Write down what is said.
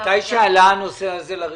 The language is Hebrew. כאשר עלה הנושא הזה לראשונה,